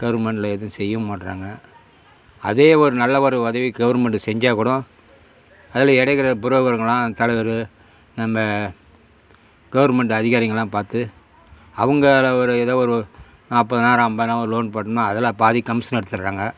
கவுர்மெண்டில் எதுவும் செய்ய மாட்டுறாங்க அதே ஒரு நல்ல ஒரு உதவி கவுர்மெண்டு செஞ்சால் கூடும் அதில் எடைகிற புரோக்கருங்கெல்லாம் தலைவர் அந்த கவுர்மெண்டு அதிகாரிங்கெல்லாம் பார்த்து அவங்களை ஒரு எதோ ஒரு நாற்பதுனாயிரம் அம்பதுனாயிரம் ஒரு லோன் போட்டோம்னா அதில் பாதி கமிஷன் எடுத்துடுறாங்க